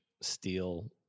steel